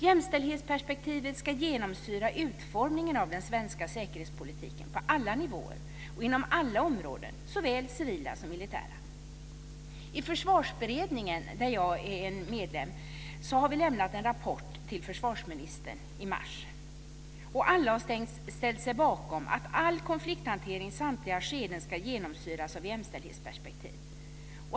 Jämställdhetsperspektivet ska genomsyra utformningen av den svenska säkerhetspolitiken på alla nivåer och inom alla områden såväl civila som militära. I Försvarsberedningen, där jag är medlem, har vi lämnat en rapport till försvarsministern i mars. Alla har ställt sig bakom att all konflikthantering i samtliga skeden ska genomsyras av ett jämställdhetsperspektiv.